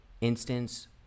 instance